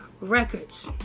Records